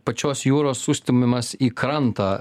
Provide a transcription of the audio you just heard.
pačios jūros sustumiamas į krantą